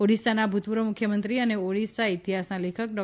ઓડિશાના ભૂતપૂર્વ મુખ્યમંત્રી અને ઓડિશા ઇતિહાસ ના લેખક ડો